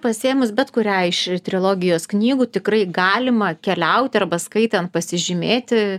pasiėmus bet kurią iš trilogijos knygų tikrai galima keliauti arba skaitan pasižymėti